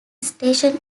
station